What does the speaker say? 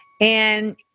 And-